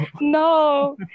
No